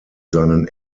seinen